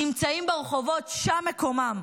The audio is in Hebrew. נמצאים ברחובות, שם מקומם,